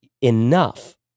enough